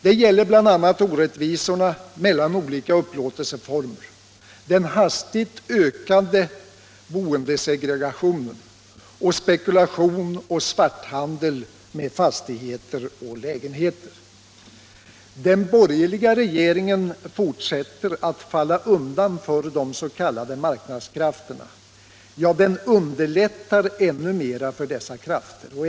Det gäller bl.a. orättvisorna mellan olika upplåtelseformer, den hastigt ökande boendesegregationen och spekulation och svarthandel med fastigheter och lägenheter. Den borgerliga regeringen fortsätter att falla undan för de s.k. marknadskrafterna, ja, den underlättar ännu mer för dessa krafter.